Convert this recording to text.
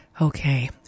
Okay